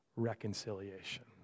Reconciliation